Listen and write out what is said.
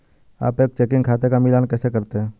आप एक चेकिंग खाते का मिलान कैसे करते हैं?